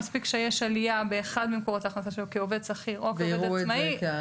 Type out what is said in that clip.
מספיק שיש עלייה באחד ממקורות ההכנסה שלו כעובד שכיר או כעובד עצמאי,